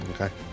Okay